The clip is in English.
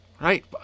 Right